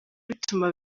bituma